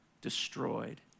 destroyed